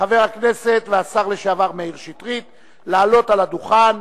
הצעת סיעת קדימה